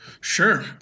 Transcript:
Sure